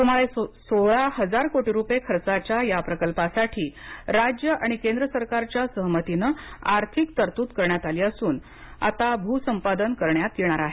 सुमारे सोळा हजार कोटी रुपये खर्चाच्या या प्रकल्पासाठी राज्य आणि केंद्र सरकारच्या सहमतीने आर्थिक तरतूद करण्यात आली असून आता भूसंपादन करण्यात येणार आहे